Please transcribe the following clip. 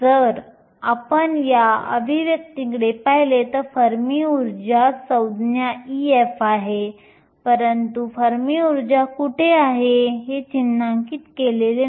जर आपण या अभिव्यक्तींकडे पाहिले तर फर्मी ऊर्जा संज्ञा Ef आहे परंतु फर्मी ऊर्जा कुठे आहे हे चिन्हांकित केलेले नाही